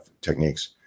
techniques